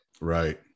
Right